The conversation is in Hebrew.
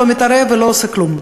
לא מתערב ולא עושה כלום.